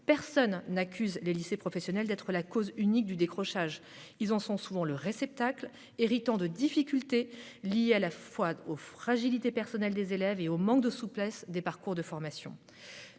personne n'accuse les lycées professionnels d'être la cause unique du décrochage ; ils en sont souvent le réceptacle, héritant de difficultés liées à la fois aux fragilités personnelles des élèves et au manque de souplesse des parcours de formation.